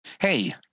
Hey